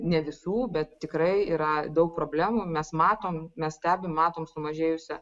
ne visų bet tikrai yra daug problemų mes matom mes stebim matom sumažėjusią